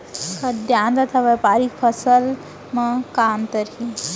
खाद्यान्न तथा व्यापारिक फसल मा का अंतर हे?